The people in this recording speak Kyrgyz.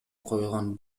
коюлган